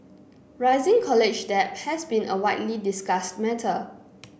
rising college debt has been a widely discussed matter